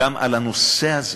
גם על הנושא הזה